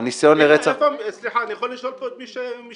אני יכול לשאול פה את מי שמשפטן.